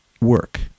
work